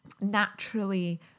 naturally